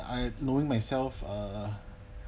I knowing myself uh